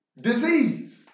disease